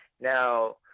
now